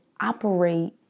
operate